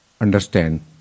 Understand